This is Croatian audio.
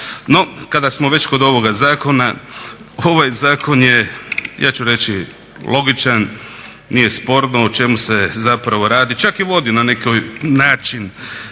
No, kada smo već kod ovoga zakona ovaj zakon je ja ću reći logičan, nije sporno. O čemu se zapravo radi? Čak i vodi na neki način